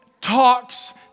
talks